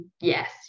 yes